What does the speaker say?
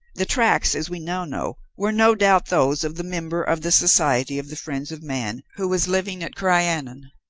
the tracks, as we now know, were no doubt those of the member of the society of the friends of man who was living at crianan,